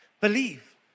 believe